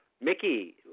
Mickey